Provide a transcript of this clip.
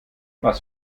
was